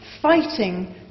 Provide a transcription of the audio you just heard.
fighting